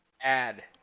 add